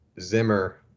Zimmer